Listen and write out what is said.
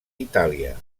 itàlia